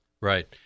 right